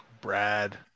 Brad